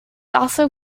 also